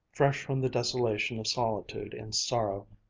fresh from the desolation of solitude in sorrow,